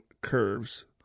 curves